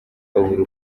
babura